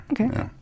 Okay